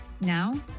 Now